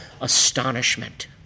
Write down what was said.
astonishment